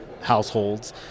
households